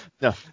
No